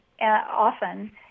often